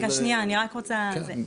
אני רק רוצה לסיים.